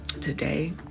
today